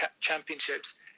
Championships